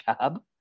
job